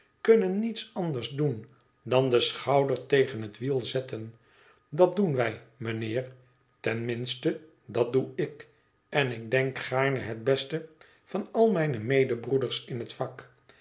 kunnen niets anders doen dan den schouder tegen het wiel zetten dat doen wij mijnheer ten minste dat doe ik en ik denk gaarne het beste van al mijne medebroeders in het vak